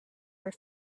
were